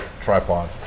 tripod